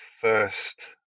first